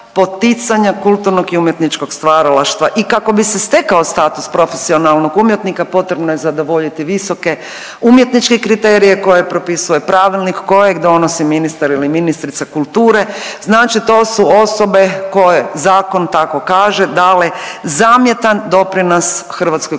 poticanja kulturnog i umjetničkog stvaralaštva. I kako bi se stekao status profesionalnog umjetnika potrebno je zadovoljiti visoke umjetničke kriterije koje propisuje pravilnik kojeg donosi ministar ili ministrica kulture, znači to su osobe koje zakon tako kaže dale zamjetan doprinos hrvatskoj